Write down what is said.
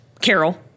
Carol